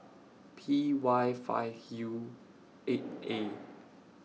P Y five U eight A